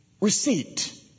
receipt